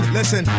listen